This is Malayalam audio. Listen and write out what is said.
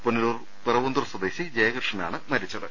പുനലൂർ പിറവന്തൂർ സ്വദേശി ജയകൃഷ്ണൻ ആണ് മരിച്ചത്